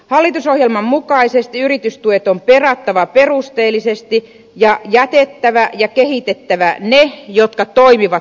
hallitusohjelman mukaisesti yritystuet on perattava perusteellisesti ja jätettävä ja kehitettävä ne jotka toimivat parhaiten